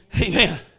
Amen